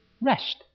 rest